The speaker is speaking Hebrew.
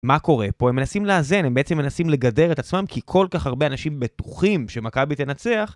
מה קורה פה? הם מנסים לאזן, הם בעצם מנסים לגדר את עצמם, כי כל כך הרבה אנשים בטוחים שמכבי תנצח.